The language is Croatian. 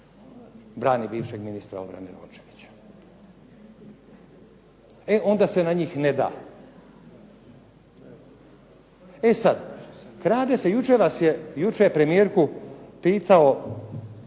brani bivšeg ministra obrane Rončevića, onda se na njih ne da. E sada, krade se. Jučer je premijerku pitao